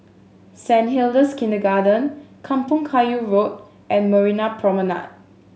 Saint Hilda's Kindergarten Kampong Kayu Road and Marina Promenade